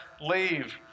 leave